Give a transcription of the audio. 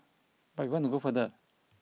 but we want to go further